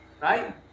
Right